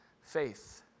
faith